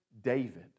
David